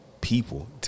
people